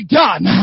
done